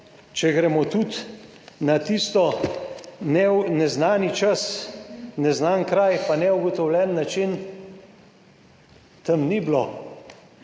če gremo tudi na tisto, ne v neznani čas, neznan kraj, pa neugotovljen način, tam ni bilo